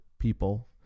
people